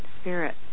spirit